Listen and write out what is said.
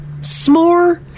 s'more